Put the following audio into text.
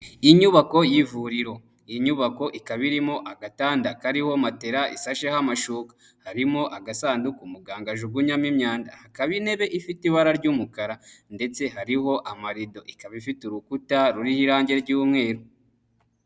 Inyubako y'ivuriro . Iyi nyubako ikaba irimo agatanda kariho matela isasheho amashuka. Harimo agasanduku muganga ajugunyamo imyanda. Hakaba intebe ifite ibara ry'umukara ndetse hariho amarido ikaba ifite urukuta ruriho irangi ry'umweru.